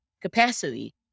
capacity